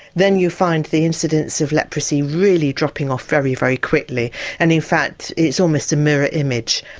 then you find the incidence of leprosy really dropping off very, very quickly and in fact it's almost a mirror image,